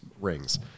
rings